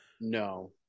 no